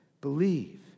Believe